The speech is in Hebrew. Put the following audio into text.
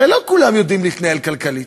הרי לא כולם יודעים להתנהל כלכלית,